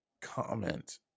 comment